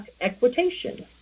Equitation